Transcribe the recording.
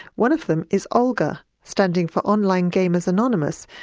one of them is olga, standing for on-line gamers anonymous,